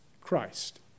Christ